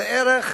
זה ערך,